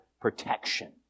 protection